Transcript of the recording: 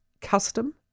custom